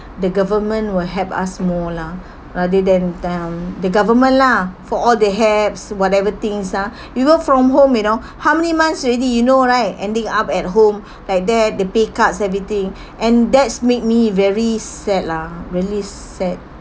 the government will help us more lah rather than um the government lah for all they have whatever things ah you work from home you know how many months already you know right ending up at home like that the pay cuts everything and that's make me very sad lah really sad